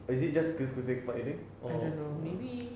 or is it just or ya